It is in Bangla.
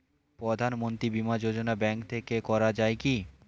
প্রধানমন্ত্রী বিমা যোজনা ব্যাংক থেকে করা যায় কি?